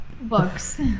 Books